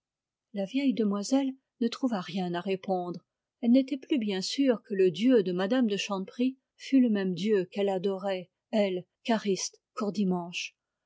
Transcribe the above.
la vieille demoiselle ne trouva rien à répondre elle n'était plus bien sûre que le dieu de mme de chanteprie fût le même dieu qu'elle adorait elle cariste courdimanche